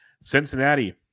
Cincinnati